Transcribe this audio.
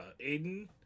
Aiden